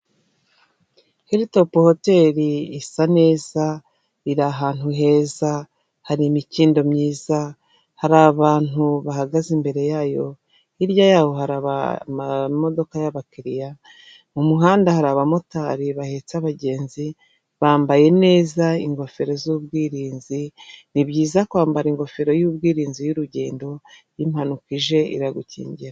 Hilitopu hoteli isa neza iri ahantu heza hari imikindo myiza, hari abantu bahagaze imbere yayo hirya yaho hari amodoka y'abakiriya, mu muhanda hari abamotari bahetse abagenzi, bambaye neza ingofero z'ubwirinzi nibyiza kwambara ingofero y'ubwirinzi y'urugendo, iyo impanuka ije iragukingira.